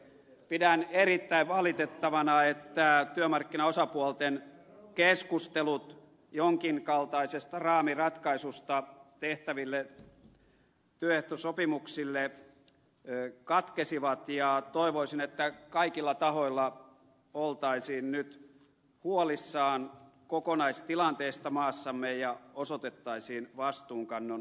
pidän erittäin valitettavana että työmarkkinaosapuolten keskustelut jonkin kaltaisesta raamiratkaisusta tehtäville työehtosopimuksille katkesivat ja toivoisin että kaikilla tahoilla oltaisiin nyt huolissaan kokonaistilanteesta maassamme ja osoitettaisiin vastuunkannon kykyä